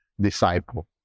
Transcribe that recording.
disciple